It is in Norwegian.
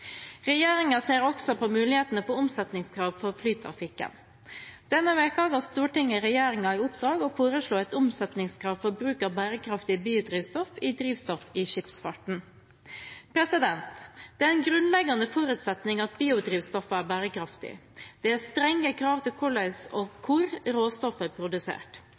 ser også på mulighetene for omsetningskrav for flytrafikken. Denne uken ga Stortinget regjeringen i oppdrag å foreslå et omsetningskrav for bruk av bærekraftig biodrivstoff i drivstoffet i skipsfarten. Det er en grunnleggende forutsetning at biodrivstoffet er bærekraftig. Det er strenge krav til hvordan og hvor råstoffet er produsert. Råstoffet må være produsert